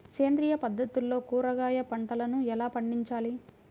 సేంద్రియ పద్ధతుల్లో కూరగాయ పంటలను ఎలా పండించాలి?